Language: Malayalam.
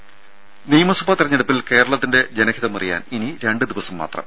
രുര നിയമസഭാ തെരഞ്ഞെടുപ്പിൽ കേരളത്തിന്റെ ജന ഹിതമറിയാൻ ഇനി രണ്ടു ദിവസം മാത്രം